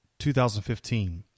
2015